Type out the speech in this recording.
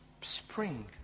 Spring